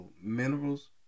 minerals